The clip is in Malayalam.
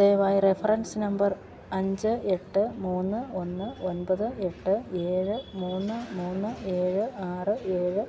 ദയവായി റഫറൻസ് നമ്പർ അഞ്ച് എട്ട് മൂന്ന് ഒന്ന് ഒൻപത് എട്ട് ഏഴ് മൂന്ന് മൂന്ന് ഏഴ് ആറ് ഏഴ്